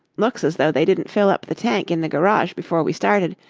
looks as though they didn't fill up the tank in the garage before we started,